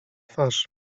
twarz